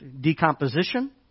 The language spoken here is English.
decomposition